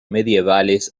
medievales